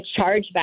chargeback